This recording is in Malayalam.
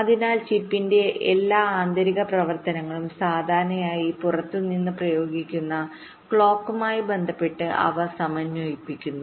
അതിനാൽ ചിപ്പിന്റെ എല്ലാ ആന്തരിക പ്രവർത്തനങ്ങളും സാധാരണയായി പുറത്തു നിന്ന് പ്രയോഗിക്കുന്ന ക്ലോക്കുമായി ബന്ധപ്പെട്ട് അവ സമന്വയിപ്പിക്കുന്നു